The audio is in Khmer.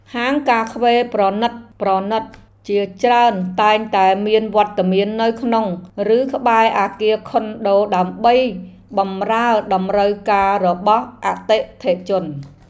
ហាងកាហ្វេប្រណីតៗជាច្រើនតែងតែមានវត្តមាននៅក្នុងឬក្បែរអគារខុនដូដើម្បីបម្រើតម្រូវការរបស់អតិថិជន។